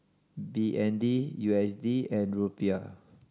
B N D U S D and Rupiah